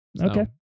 Okay